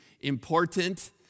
important